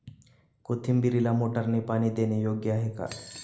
कोथिंबीरीला मोटारने पाणी देणे योग्य आहे का?